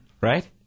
right